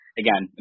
again